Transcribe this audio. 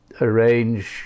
arrange